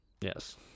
Yes